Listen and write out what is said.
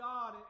God